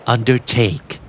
Undertake